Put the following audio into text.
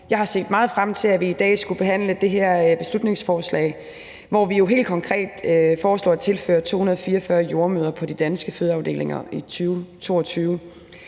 Jeg har set meget frem til, at vi i dag skulle behandle det her beslutningsforslag, hvor vi jo helt konkret foreslår at tilføre 244 jordemødre på de danske fødeafdelinger i 2022.